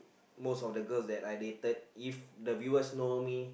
most of the girls that I dated if the viewers know me